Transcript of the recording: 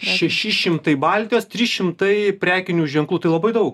šeši šimtai baltijos trys šimtai prekinių ženklų tai labai daug